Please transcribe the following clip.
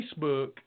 Facebook